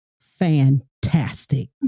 fantastic